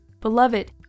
Beloved